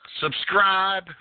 subscribe